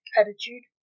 attitude